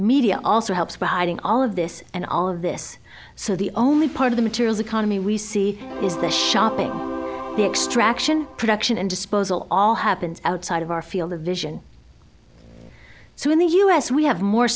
media also helps with hiding all of this and all of this so the only part of the materials economy we see is the the extraction production and disposal all happens outside of our field of vision so in the u s we have more